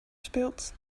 spilled